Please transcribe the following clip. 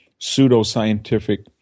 pseudoscientific